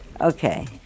Okay